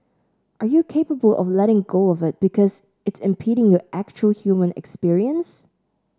are you capable of letting go of it because it's impeding your actual human experience